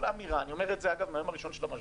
אני אומר זאת מהיום הראשון של המשבר.